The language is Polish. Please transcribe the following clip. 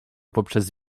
poprzez